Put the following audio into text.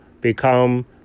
become